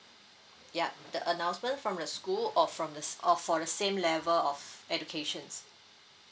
yup the announcement from the school or from the s~ or for the same level of educations